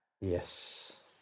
Yes